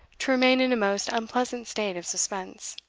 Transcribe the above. to remain in a most unpleasant state of suspense.